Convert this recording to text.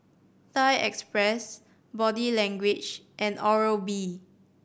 Thai Express Body Language and Oral B